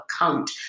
account